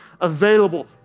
available